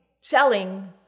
selling